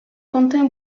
quentin